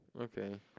Okay